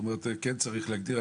כלומר כן צריך להגדיר.